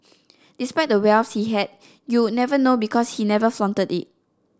despite the wealth he had you would never know because he never flaunted it